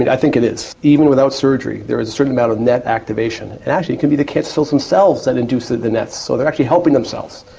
i think it is. even without surgery there is a certain amount of net activation, and actually it can be the cancer cells themselves that induces the nets, so they're actually helping themselves,